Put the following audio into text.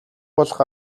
болох